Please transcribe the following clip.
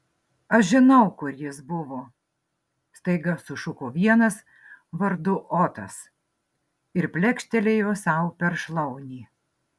aš žinau kur jis buvo staiga sušuko vienas vardu otas ir plekštelėjo sau per šlaunį